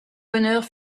bonheurs